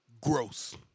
gross